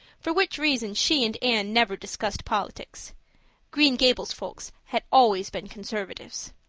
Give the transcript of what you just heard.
for which reason she and anne never discussed politics green gables folk had always been conservatives.